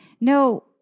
no